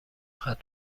ختم